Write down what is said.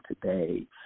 today